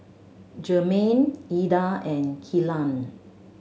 Germaine Eda and Kellan